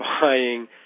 buying